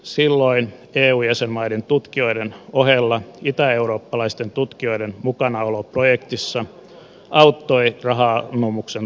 silloin eu jäsenmaiden tutkijoiden ohella itäeurooppalaisten tutkijoiden mukanaolo projektissa auttoi raha anomuksen läpimenoa